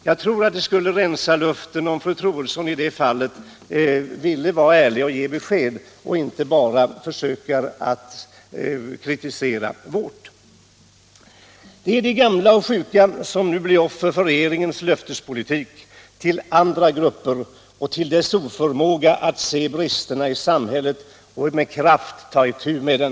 Jag tror att det skulle rensa luften om fru Troedsson i det fallet ville vara ärlig och ge besked och inte bara försöka kritisera vårt förslag. Det är de gamla och sjuka som nu blir offer för regeringens löftespolitik till andra grupper och för dess oförmåga att se bristerna i samhället och med kraft ta itu med dem.